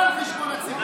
הכול על חשבון הציבור.